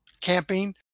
camping